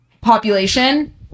population